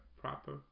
proper